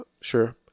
sure